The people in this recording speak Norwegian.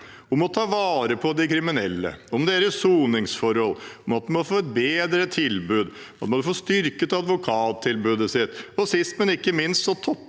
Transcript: om å ta vare på de kriminelle, om deres soningsforhold, om at de må få et bedre tilbud, om at de må få styrket advokattilbudet sitt, og sist, men ikke minst, toppet